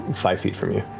five feet from you.